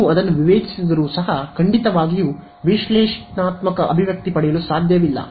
ನೀವು ಅದನ್ನು ವಿವೇಚಿಸಿದರೂ ಸಹ ಖಂಡಿತವಾಗಿಯೂ ವಿಶ್ಲೇಷಣಾತ್ಮಕ ಅಭಿವ್ಯಕ್ತಿ ಪಡೆಯಲು ಸಾಧ್ಯವಿಲ್